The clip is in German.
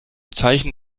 zeichen